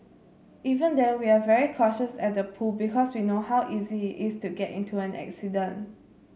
even then we're very cautious at the pool because we know how easy is to get into an accident